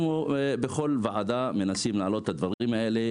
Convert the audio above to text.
בכל ועדה אנחנו מנסים להעלות את הדברים האלה,